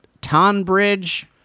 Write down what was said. tonbridge